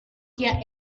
hear